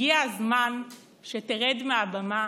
הגיע הזמן שתרד מהבמה